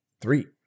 three